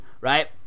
right